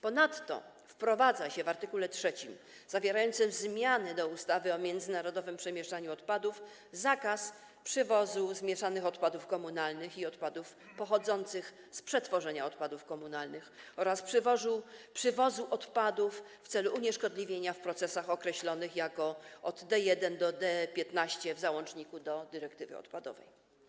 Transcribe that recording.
Ponadto wprowadza się w art. 3, zawierającym zmiany do ustawy o międzynarodowym przemieszczaniu odpadów, zakaz przywozu zmieszanych odpadów komunalnych i odpadów pochodzących z przetworzenia odpadów komunalnych oraz przywozu odpadów w celu unieszkodliwienia w procesach określonych jako od D1 do D15 w załączniku do dyrektywy odpadowej.